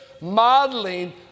modeling